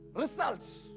results